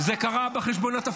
זה לא נכון.